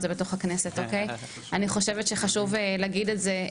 אני חושבת שחשוב להגיד את זה,